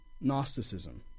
Gnosticism